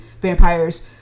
vampires